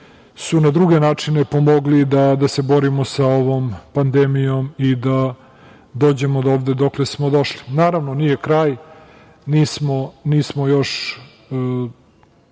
su na druge načine pomogli da se borimo sa ovom pandemijom i da dođemo dovde dokle smo došli. Naravno, nije kraj, nismo još